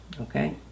Okay